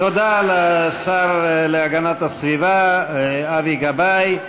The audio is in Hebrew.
תודה לשר להגנת הסביבה אבי גבאי.